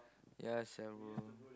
ya sia bro